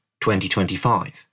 2025